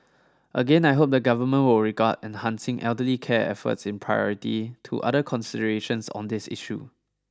again I hope the Government will regard enhancing elderly care efforts in priority to other considerations on this issue